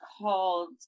called